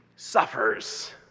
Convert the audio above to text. suffers